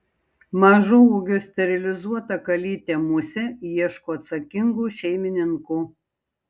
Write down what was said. mažo ūgio sterilizuota kalytė musė ieško atsakingų šeimininkų